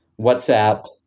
WhatsApp